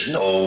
no